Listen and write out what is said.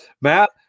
Matt